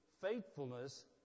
faithfulness